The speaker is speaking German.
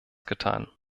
getan